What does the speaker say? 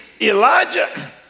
Elijah